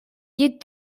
llit